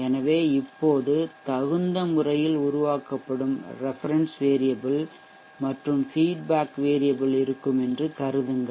எனவே இப்போதுதகுந்த முறையில் உருவாக்கப்படும் ரெஃபெரென்ஷ் வேரியபிள் மற்றும் ஃபீட்பேக் வேரியபிள் இருக்கும் என்று கருதுங்கள்